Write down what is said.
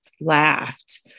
laughed